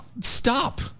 stop